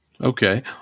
Okay